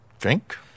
Drink